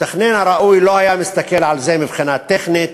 המתכנן הראוי לא היה מסתכל על זה מבחינה טכנית,